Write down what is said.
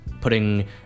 putting